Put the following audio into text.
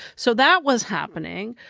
so that was happening,